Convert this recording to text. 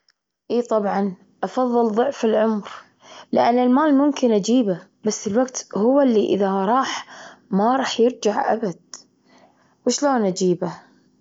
إي طبعًا أفظل ضعف العمر، لأن المال ممكن أجيبه، بس الوجت هو اللي إذا راح ما راح يرجع أبد. وشلون أجيبه؟